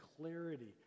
clarity